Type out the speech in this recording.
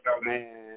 Man